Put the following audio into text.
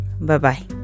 bye-bye